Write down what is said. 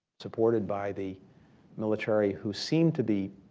supported by the military who seemed to be